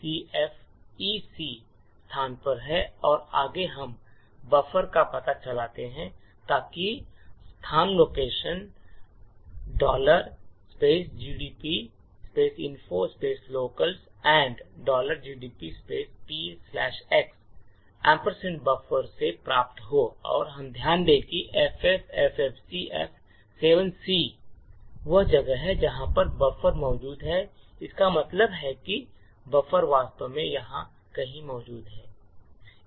यह FFFFCFEC स्थान पर है और आगे हम बफर का पता चाहते हैं ताकि स्थान location gdb info locals and gdb px buffer से प्राप्त हो और हम ध्यान दें कि FFFFCF7C वह जगह है जहाँ बफर मौजूद है इसका मतलब है कि बफर वास्तव में यहाँ कहीं मौजूद है